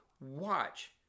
Watch